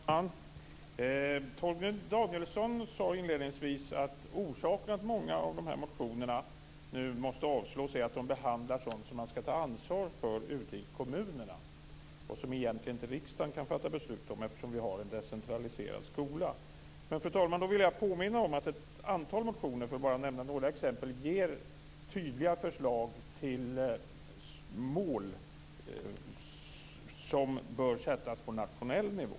Fru talman! Torgny Danielsson sade inledningsvis att orsaken till att många av motionerna nu måste avslås är att de behandlar sådant som man skall ta ansvar för ute i kommunerna. De handlar om sådant som riksdagen egentligen inte kan fatta beslut om eftersom vi har en decentraliserad skola. Men, fru talman, då vill jag påminna om att ett antal motioner, för att bara nämna några exempel, ger tydliga förslag till mål som bör sättas på nationell nivå.